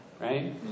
right